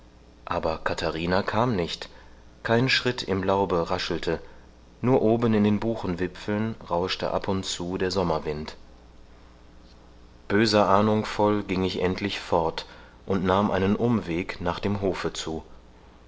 aber katharina kam nicht kein schritt im laube raschelte nur oben in den buchenwipfeln rauschte ab und zu der sommerwind böser ahnung voll ging ich endlich fort und nahm einen umweg nach dem hofe zu